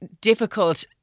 difficult